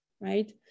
right